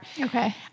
okay